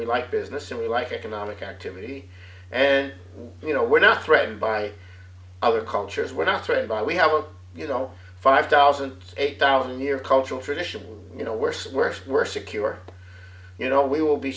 we like business and we like economic activity and you know we're not threatened by other cultures were not trained by we have a you know five thousand eight thousand year cultural tradition you know worse worse we're secure you know we will be